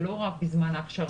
זה לא רק בזמן ההכשרה.